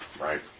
right